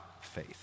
faith